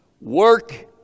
work